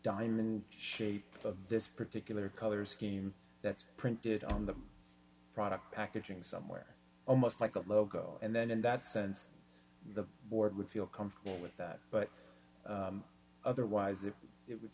diamond shaped of this particular color scheme that's printed on the product packaging somewhere almost like a logo and then in that sense the board would feel comfortable with that but otherwise it it would